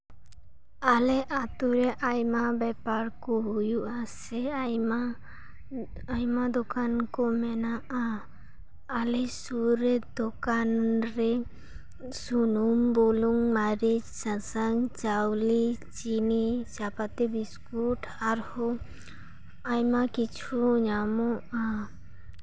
ᱟᱞᱮ ᱟᱛᱳ ᱨᱮ ᱟᱭᱢᱟ ᱵᱮᱯᱟᱨ ᱠᱚ ᱦᱩᱭᱩᱜᱼᱟ ᱥᱮ ᱟᱭᱢᱟ ᱫᱚᱠᱟᱱ ᱠᱚ ᱢᱮᱱᱟᱜᱼᱟ ᱟᱞᱮ ᱥᱩᱨ ᱨᱮ ᱫᱚᱠᱟᱱ ᱨᱮ ᱥᱩᱱᱩᱢ ᱵᱩᱞᱩᱝ ᱢᱟᱹᱨᱤᱪ ᱥᱟᱥᱟᱝ ᱪᱟᱣᱞᱮ ᱪᱤᱱᱤ ᱪᱟᱼᱯᱟᱹᱛᱤ ᱵᱤᱥᱠᱩᱴ ᱟᱨᱦᱚᱸ ᱟᱭᱢᱟ ᱠᱤᱪᱷᱩ ᱧᱟᱢᱚᱜᱼᱟ